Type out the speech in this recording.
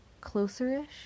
closer-ish